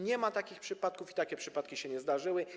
Nie ma takich przypadków, takie przypadki się nie zdarzyły.